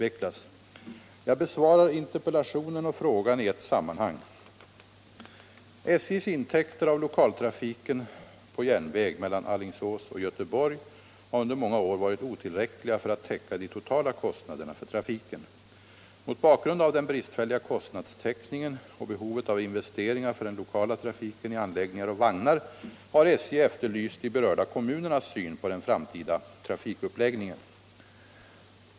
Jag besvarar interpellationen och frågan i ett sammanhang. Mot bakgrund av den bristfälliga kostnadstäckningen och behovet av investeringar för den lokala trafiken i anläggningar och vagnar har SJ efterlyst de berörda kommunernas syn på den framtida trafikuppläggningen.